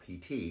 PT